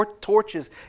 torches